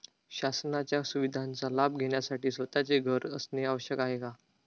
शासनाच्या सुविधांचा लाभ घेण्यासाठी स्वतःचे घर असणे आवश्यक आहे का?